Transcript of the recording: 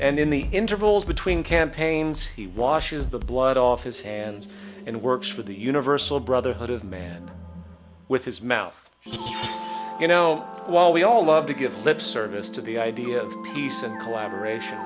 in the intervals between campaigns he washes the blood off his hands and works for the universal brotherhood of man with his mouth you know while we all love to give lip service to the idea of peace and collaboration